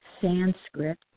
Sanskrit